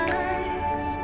eyes